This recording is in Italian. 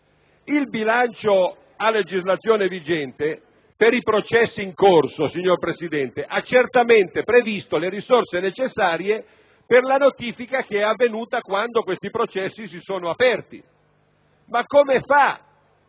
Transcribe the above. Il bilancio a legislazione vigente per i processi in corso, signor Presidente, ha certamente previsto le risorse necessarie per la notifica avvenuta quando i suddetti processi si sono aperti. Ma come è